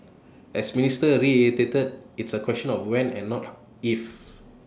as minister reiterated it's A question of when and not if